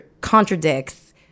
contradicts